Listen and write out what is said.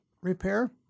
repair